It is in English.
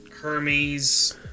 Hermes